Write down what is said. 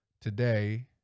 today